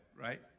Right